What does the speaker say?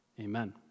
Amen